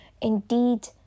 indeed